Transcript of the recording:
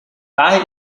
daher